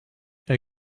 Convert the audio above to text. and